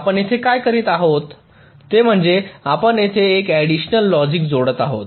आपण येथे काय करीत आहोत ते म्हणजे आपण येथे काही ऍडिशनल लॉजिक जोडत आहोत